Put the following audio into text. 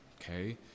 okay